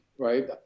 right